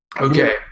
Okay